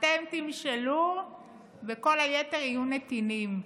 אתם תמשלו וכל היתר יהיו נתינים,